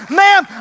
ma'am